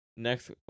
Next